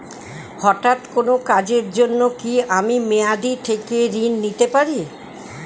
হঠাৎ কোন কাজের জন্য কি আমি মেয়াদী থেকে ঋণ নিতে পারি?